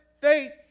faith